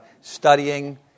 studying